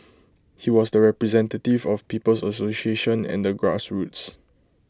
he was the representative of people's association and the grassroots